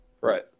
Right